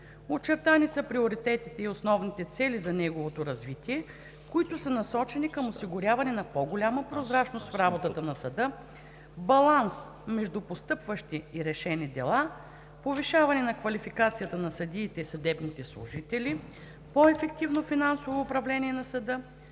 Очертани са приоритетите и основните цели за неговото развитие, които са насочени към осигуряване на по-голяма прозрачност в работата на съда, баланс между постъпващи и решени дела, повишаване на квалификацията на съдиите и съдебните служители, по-ефективно финансово управление на съда,